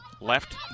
Left